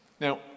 Now